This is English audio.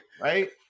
right